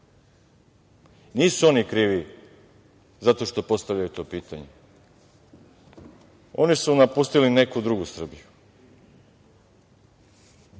Nisu oni krivi zato što postavljaju to pitanje. Oni su napustili neku drugu Srbiju,